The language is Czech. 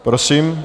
Prosím.